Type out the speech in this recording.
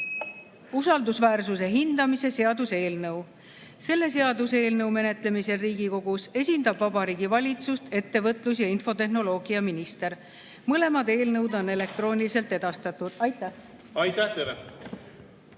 kella.) hindamise seaduse eelnõu. Selle seaduseelnõu menetlemisel Riigikogus esindab Vabariigi Valitsust ettevõtlus‑ ja infotehnoloogiaminister. Mõlemad eelnõud on elektrooniliselt edastatud. Aitäh!